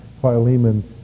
Philemon